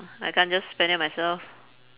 I can't just spend it myself